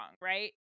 right